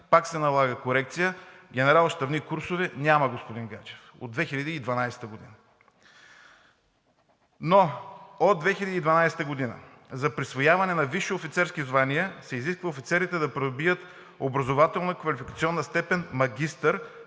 пак се налага корекция – генерал-щабни курсове няма от 2012 г., господин Гаджев. Но от 2012 г. за присвояване на висши офицерски звания се изисква офицерите да придобият образователна квалификационна степен „магистър“